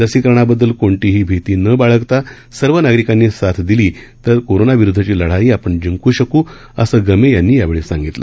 लसीकरणाबद्दल कोणतीही भीती न बाळगता सर्व नागरिकांनी साथ दिली तर कोरोनाविरुद्धची लढाई आपण जिंकू शकू असं गमे यांनी यावेळी सांगितलं